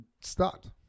start